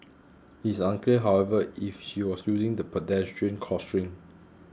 it is unclear however if she was using the pedestrian crossing